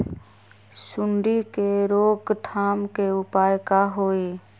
सूंडी के रोक थाम के उपाय का होई?